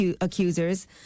accusers